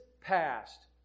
passed